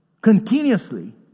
Continuously